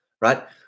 Right